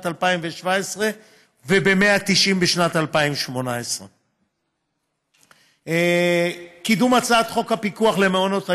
2017 וב-190 לשנת 2018. קידום הצעת חוק הפיקוח על מעונות היום,